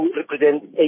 represent